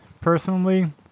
personally